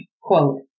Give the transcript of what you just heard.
quote